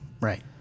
right